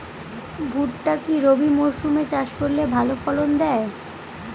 ভুট্টা কি রবি মরসুম এ চাষ করলে ভালো ফলন দেয়?